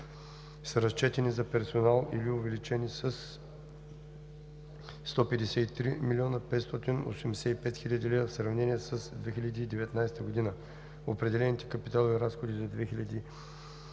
са разчетени за персонал или увеличение със 153 млн. 585 хил. 300 лв. в сравнение с 2019 г. Определените капиталови разходи за 2020 г. са